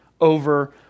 over